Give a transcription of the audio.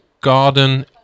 garden